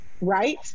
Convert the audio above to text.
Right